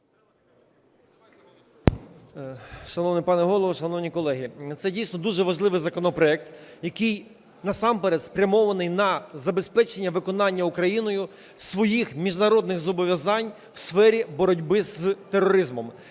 Шановний пане Голово, шановні колеги! Це дійсно дуже важливий законопроект, який насамперед спрямований на забезпечення виконання Україною своїх міжнародних зобов'язань у сфері боротьби з тероризмом.